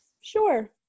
Sure